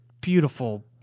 beautiful